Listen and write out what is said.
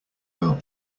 will